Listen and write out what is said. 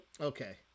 Okay